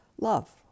love